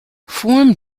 form